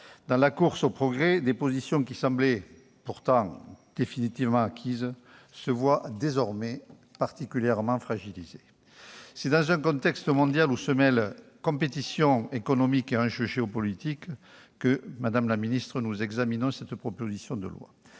Dans la course au progrès, des positions qui semblaient pourtant définitivement acquises se voient désormais particulièrement fragilisées. C'est dans un contexte mondial où se mêlent compétition économique et enjeux géopolitiques que nous examinons cette proposition de loi,